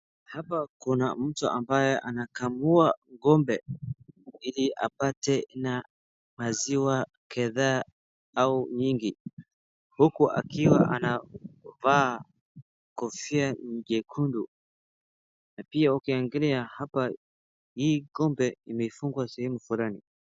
Hapa kuna mtu ambaye anakamua ng'ombe ili apate na maziwa kadhaa au nyingi, huku akiwa anavaa kofia jekundu, na pia ukiangalia hapa, hii kikombe imefungwa sehemu fulani.